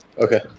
okay